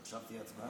עכשיו תהיה הצבעה?